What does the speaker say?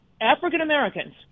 African-Americans